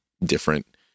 different